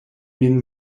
min